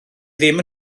ddim